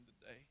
today